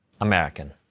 American